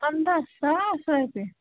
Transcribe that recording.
پَنٛداہ ساس رۄپیہِ